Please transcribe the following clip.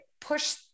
push